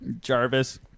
Jarvis